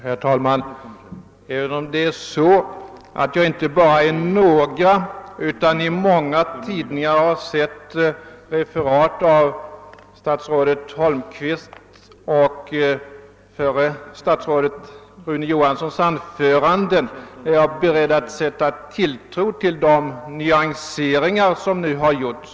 Herr talman! Även om det är så att jag inte bara i några utan i många tidningar har sett referat av statsrådet Holmqvists och förre statsrådet Rune Johanssons anföranden är jag beredd att sätta tilltro till de nyanseringar som här har gjorts.